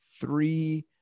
three